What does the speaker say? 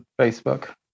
Facebook